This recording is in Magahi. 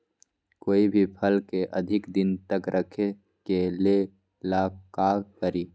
कोई भी फल के अधिक दिन तक रखे के ले ल का करी?